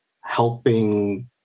helping